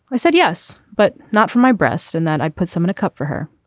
i said yes but not from my breast and that i put some in a cup for her.